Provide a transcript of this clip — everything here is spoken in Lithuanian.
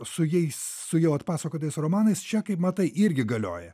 su jais su jau atpasakotais romanais čia kaip matai irgi galioja